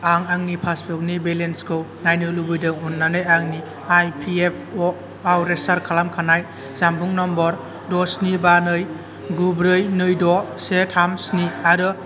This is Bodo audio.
आं आंनि पासबुक नि बेलेन्स खौ नायनो लुबैदों अननानै आंनि आइपिएफअ आव रेजिस्टार खालामखानाय जानबुं नाम्बार द' स्नि बा नै गु ब्रै नै द' से थाम स्नि आरो इउएएन नाम्बार गु थाम से स्नि दाइन थाम द' नै ब्रै नै से स्नि जों लगइन खालाम